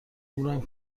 عمرم